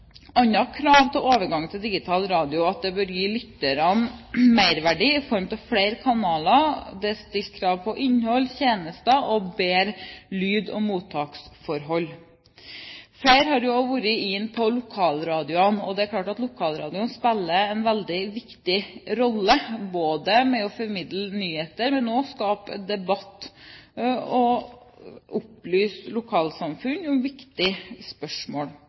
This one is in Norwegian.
krav til overgangen til digital radio, at det bør gi lytterne merverdi i form av flere kanaler. Det er stilt krav om innhold, tjenester og bedre lyd- og mottaksforhold. Flere har vært inne på lokalradioene. Det er klart at lokalradioene spiller en veldig viktig rolle ved å formidle nyheter, men også skape debatt og opplyse lokalsamfunn i viktige spørsmål.